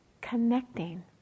connecting